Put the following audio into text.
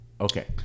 Okay